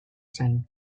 zen